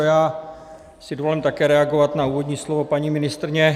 Já si dovolím také reagovat na úvodní slovo paní ministryně.